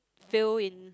fail in